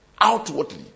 outwardly